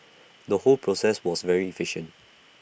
the whole process was very efficient